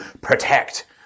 protect